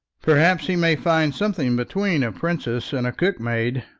perhaps he may find something between a princess and a cookmaid.